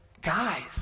guys